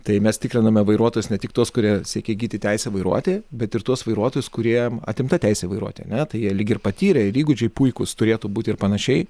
tai mes tikriname vairuotojus ne tik tuos kurie siekia įgyti teisę vairuoti bet ir tuos vairuotojus kuriem atimta teisė vairuoti ne tai jie lyg ir patyrę ir įgūdžiai puikūs turėtų būti ir panašiai